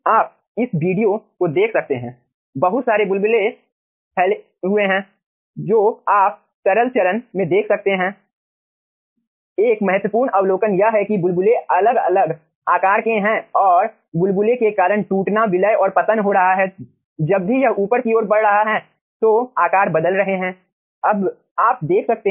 आप इस वीडियो को देख सकते हैं बहुत सारे फैले हुए बुलबुले जो आप तरल चरण में देख सकते हैं